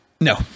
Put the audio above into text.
No